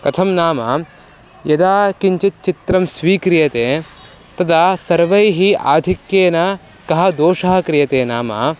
कथं नाम यदा किञ्चित् चित्रं स्वीक्रियते तदा सर्वैः आधिक्येन कः दोषः क्रियते नाम